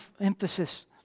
emphasis